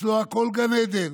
אצלו הכול גן עדן.